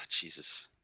Jesus